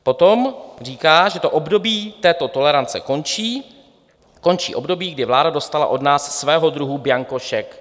Potom říká, že období této tolerance končí, končí období, kdy vláda dostala od nás svého druhu bianko šek.